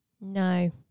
No